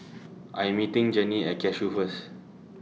I Am meeting Jennie At Cashew First